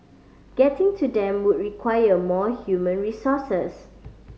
getting to them would require more human resources